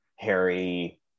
Harry